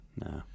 No